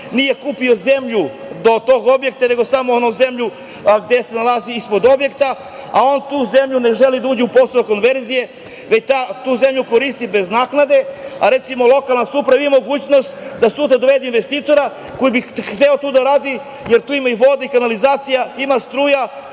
nije kupio zemlju do tog objekta, nego samo zemlju koja se nalazi ispod objekta, a on tu zemlju, ne želi da uđe u postupak konverzije, već tu zemlju koristi bez naknade, a recimo, lokalna samouprava ima mogućnost da sutra dovede investitora koji bi hteo tu da radi, jer tu ima i voda i kanalizacija, ima struja,